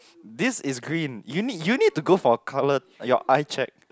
this is green you need you need to go for a color your eye check